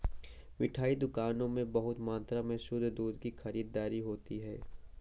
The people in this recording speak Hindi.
मिठाई दुकानों में बहुत मात्रा में शुद्ध दूध की खरीददारी होती है